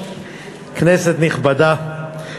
כנסת נכבדה,